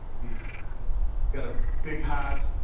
he's got a big heart,